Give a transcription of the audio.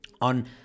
on